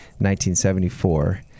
1974